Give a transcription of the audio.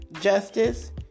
justice